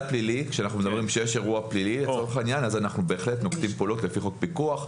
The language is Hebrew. כשיש אירוע פלילי אנחנו נוקטים בפעולות לפי חוק הפיקוח.